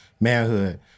manhood